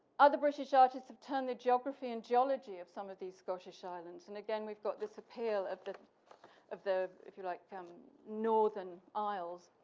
other british artists have turned the geography and geology of some of these scottish islands. and again, we've got this appeal of the of the if you'd like, northern isles,